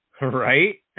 Right